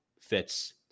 fits